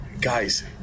guys